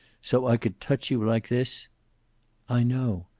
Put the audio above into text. so i could touch you, like this i know.